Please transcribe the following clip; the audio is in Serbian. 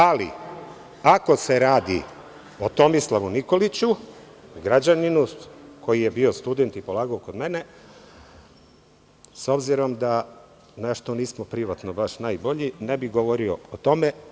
Ali, ako se radi o Tomislavu Nikoliću, građaninu koji je bio student i polagao kod mene, s obzirom da nešto nismo privatno baš najbolji, ne bih govorio o tome.